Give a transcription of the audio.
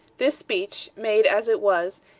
this speech, made, as it was,